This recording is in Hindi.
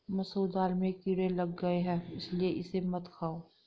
मसूर दाल में कीड़े लग गए है इसलिए इसे मत खाओ